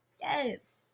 Yes